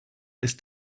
ist